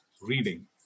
reading